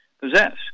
possess